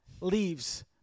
leaves